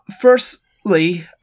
firstly